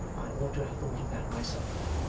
i ought to have thought of that myself,